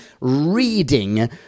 reading